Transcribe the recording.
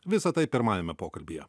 visa tai pirmajame pokalbyje